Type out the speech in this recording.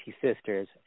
sisters